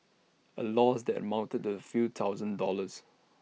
A loss that amounted the few thousand dollars